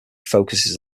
focuses